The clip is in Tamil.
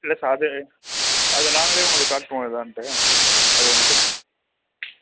இல்லை சார் அது அது நாங்களே உங்களுக்கு காட்டுவோம் இதுதான்ட்டு அது ஒன்றும் பிரச்சினை இல்லை